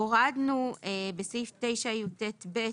הורדנו בסעיף 9יט(ב)